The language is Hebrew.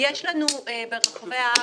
היה לנו עד עכשיו ברחבי הארץ,